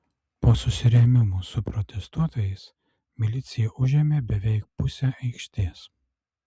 po susirėmimų su protestuotojais milicija užėmė beveik pusę aikštės